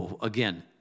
Again